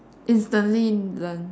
instantly learn